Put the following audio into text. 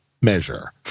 measure